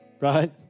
right